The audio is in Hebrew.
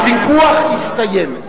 הוויכוח הסתיים.